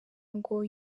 ngo